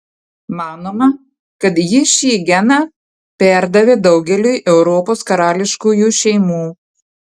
manoma kad ji šį geną perdavė daugeliui europos karališkųjų šeimų